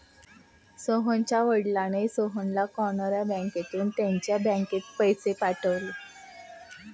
सोहनच्या वडिलांनी सोहनला कॅनरा बँकेतून त्याच बँकेत पैसे पाठवले